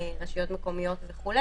רשויות מקומיות וכו',